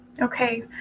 Okay